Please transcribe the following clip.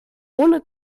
ohne